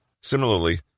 Similarly